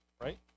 right